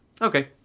Okay